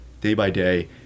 day-by-day